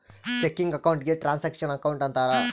checking account ಗೆ transaction account ಅಂತಾರ